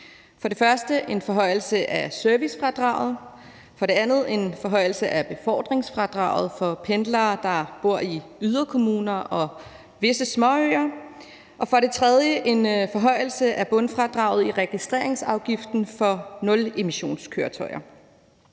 for det første en forhøjelse af servicefradraget, for det andet en forhøjelse af befordringsfradraget for pendlere, der bor i yderkommuner og på visse småøer, og for det tredje en forhøjelse af bundfradraget for registreringsafgiften for nulemissionskøretøjer.